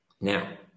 Now